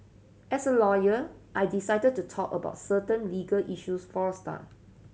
as a lawyer I decided to talk about certain legal issues for a start